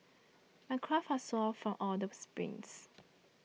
my calves are sore from all the sprints